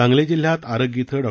सांगली जिल्ह्यात आरग इथं डॉ